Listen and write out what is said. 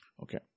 Okay